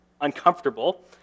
uncomfortable